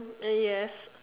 yes